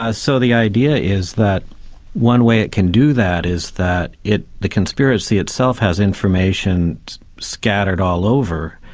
ah so the idea is that one way it can do that is that it, the conspiracy itself has information scattered all over.